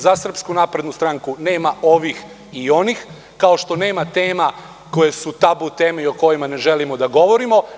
Za SNS nema ovih i onih, kao što nema tema koje su tabu teme i o kojima ne želimo da govorimo.